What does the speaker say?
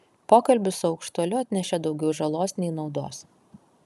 pokalbis su aukštuoliu atnešė daugiau žalos nei naudos